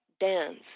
dance